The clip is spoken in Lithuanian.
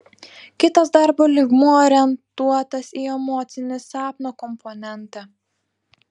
kitas darbo lygmuo orientuotas į emocinį sapno komponentą